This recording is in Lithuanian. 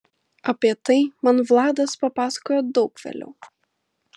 apie tai man vladas papasakojo daug vėliau